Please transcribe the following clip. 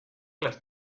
las